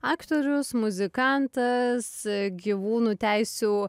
aktorius muzikantas gyvūnų teisių